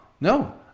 no